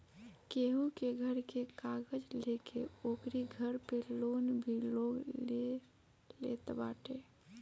केहू के घर के कागज लेके ओकरी घर पे लोन भी लोग ले लेत बाटे